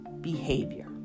behavior